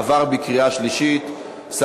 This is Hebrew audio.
עבר בקריאה שלישית כולל הסתייגות.